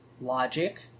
logic